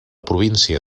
província